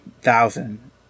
thousand